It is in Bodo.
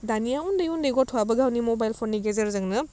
दानिया उन्दै उन्दै गथ'आबो गावनि मबाइलफोरनि गेजेरजोंनो